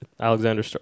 Alexander